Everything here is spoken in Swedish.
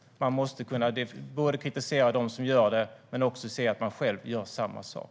Man måste både kunna kritisera dem som gör det och se att man själv gör samma sak.